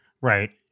right